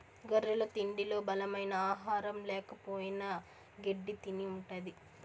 గొర్రెల తిండిలో బలమైన ఆహారం ల్యాకపోయిన గెడ్డి తిని ఉంటది